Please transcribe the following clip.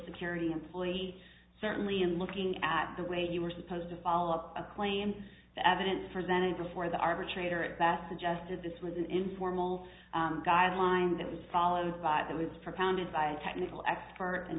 security employee certainly in looking at the way you were supposed to follow up a claim the evidence presented before the arbitrator at best suggested this was an informal guideline that was followed by that was propounded by a technical expert and